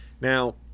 now